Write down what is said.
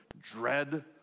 dread